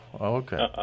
Okay